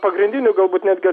pagrindinių galbūt netgi